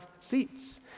seats